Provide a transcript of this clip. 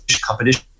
competition